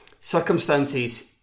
circumstances